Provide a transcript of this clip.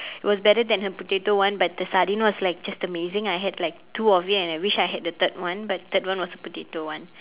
it was better then her potato one but the sardine was like just amazing I had like two of it and I wish I had the third one but the third one was a potato one